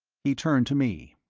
he turned to me.